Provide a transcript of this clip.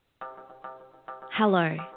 Hello